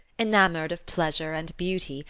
enamoured of pleasure and beauty,